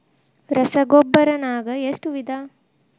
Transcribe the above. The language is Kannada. ರಸಗೊಬ್ಬರ ನಾಗ್ ಎಷ್ಟು ವಿಧ?